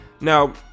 now